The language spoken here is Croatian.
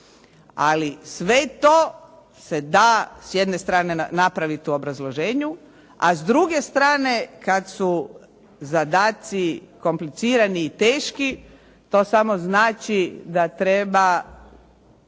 Ali sve to se da s jedne strane napraviti u obrazloženju, a s druge strane kada su zadaci komplicirani i teški, to samo znači da treba